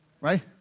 Right